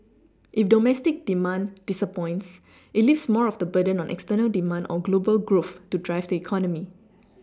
if domestic demand disappoints it leaves more of the burden on external demand or global growth to drive the economy